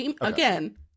Again